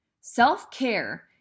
Self-care